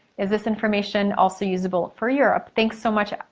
is this information also usable for europe? thanks so much,